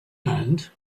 and